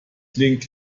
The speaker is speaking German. klingt